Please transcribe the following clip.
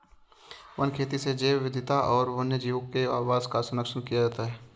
one खेती से जैव विविधता और वन्यजीवों के आवास का सरंक्षण किया जाता है